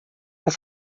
por